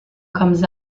comes